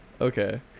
Okay